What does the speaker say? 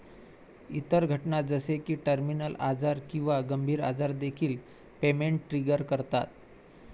इतर घटना जसे की टर्मिनल आजार किंवा गंभीर आजार देखील पेमेंट ट्रिगर करतात